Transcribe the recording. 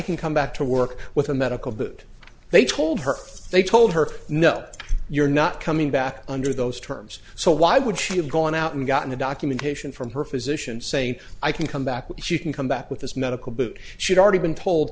can come back to work with a medical but they told her they told her no you're not coming back under those terms so why would she have gone out and gotten the documentation from her physician same i can come back with she can come back with this medical but she's already been told